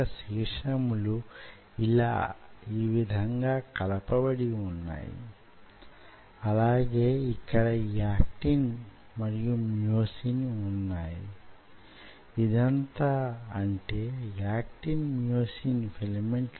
ఒక సారి ఈ మ్యో ట్యూబ్ లు సంకోచించడం మొదలు పెడితే కదలిక యీ విధంగా ఉంటుంది ఆ సంకోచం వల్ల శక్తి పుడుతుంది